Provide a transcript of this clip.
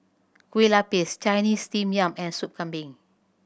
Kueh Lapis Chinese Steamed Yam and Sup Kambing